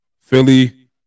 Philly